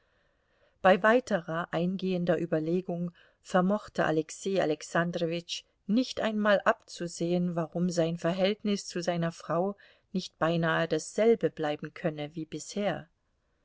bei weiterer eingehender überlegung vermochte alexei alexandrowitsch nicht einmal abzusehen warum sein verhältnis zu seiner frau nicht beinahe dasselbe bleiben könne wie bisher